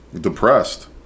depressed